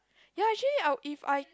ya actually I if I